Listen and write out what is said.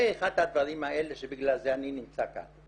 זה אחד מהדברים האלה שבגלל זה אני נמצא כאן.